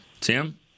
Tim